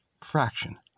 fraction